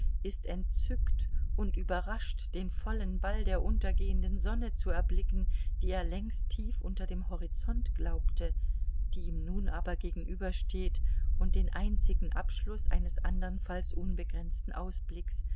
ist entzückt und überrascht den vollen ball der untergehenden sonne zu erblicken die er längst tief unter dem horizont glaubte die ihm nun aber gegenübersteht und den einzigen abschluß eines andernfalls unbegrenzten ausblicks